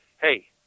hey